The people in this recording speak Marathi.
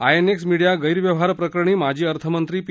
आयएनएक्स मिडिया गैरव्यवहार प्रकरणी माजी अर्थमंत्री पी